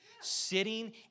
sitting